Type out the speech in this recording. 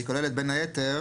והיא כוללת בין היתר